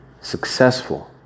successful